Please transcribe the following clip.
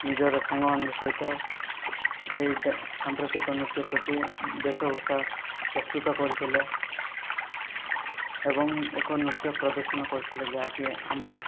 ନିଜର ସାଙ୍ଗମାନଙ୍କ ସହିତ ସେଇ ସାମ୍ପ୍ରତିକ ନୃତ୍ୟ ପ୍ରତି ବେଶଭୂଷା ପ୍ରସ୍ତୁତ କରିଥିଲେ ଏବଂ ଏକ ନୃତ୍ୟ ପ୍ରଦର୍ଶନ କରିଥିଲେ ଯାହାକି ଆମ